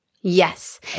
yes